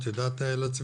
את יודעת להצביע?